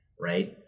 right